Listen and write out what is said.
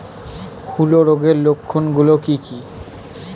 হূলো রোগের লক্ষণ গুলো কি কি?